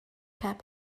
cap